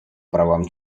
правам